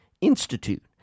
institute